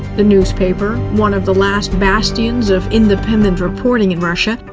the newspaper, one of the last bastions of independent reporting in russia,